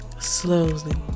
slowly